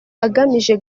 agamije